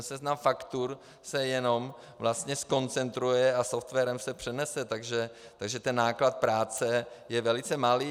Seznam faktur se jenom vlastně zkoncentruje a softwarem se přenese, takže ten náklad práce je velice malý.